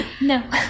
no